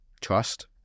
trust